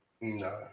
No